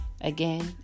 Again